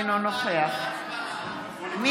אינו נוכח מירי מרים רגב,